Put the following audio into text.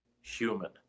human